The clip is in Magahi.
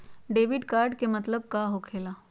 डेबिट कार्ड के का मतलब होकेला?